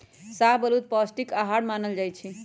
शाहबलूत पौस्टिक अहार मानल जाइ छइ